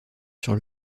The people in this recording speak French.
sur